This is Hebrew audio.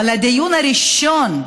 אבל הדיון הראשון,